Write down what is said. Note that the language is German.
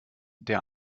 der